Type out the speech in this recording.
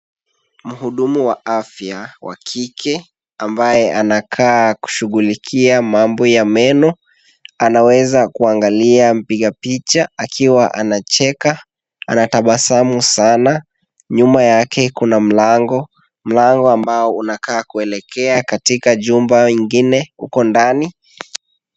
Muhudumu wa afya wa kike ambaye anakaa kushughulikia mambo ya meno, anaweza kuangalia mpiga picha akiwa anacheka, anatabasamu sana. Nyuma yake kuna mlango, mlango ambao unakaa kuelekea katika jumba ingine huko ndani.